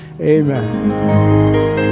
Amen